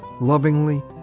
lovingly